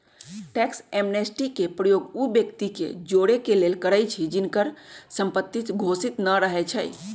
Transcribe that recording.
tax amnesty के प्रयोग उ व्यक्ति के जोरेके लेल करइछि जिनकर संपत्ति घोषित न रहै छइ